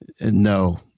No